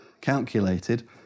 calculated